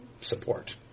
support